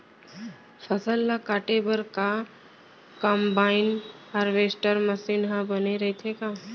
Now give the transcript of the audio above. फसल ल काटे बर का कंबाइन हारवेस्टर मशीन ह बने रइथे का?